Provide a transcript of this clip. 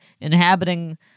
inhabiting